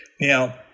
Now